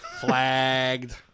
Flagged